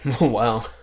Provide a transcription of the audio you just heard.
wow